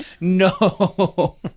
no